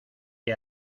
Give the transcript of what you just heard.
que